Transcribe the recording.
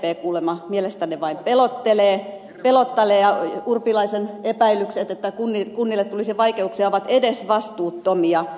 sdp kuulemma mielestänne vain pelottelee ja urpilaisen epäilykset että kunnille tulisi vaikeuksia ovat edesvastuuttomia